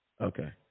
okay